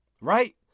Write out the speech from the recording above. Right